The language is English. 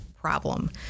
problem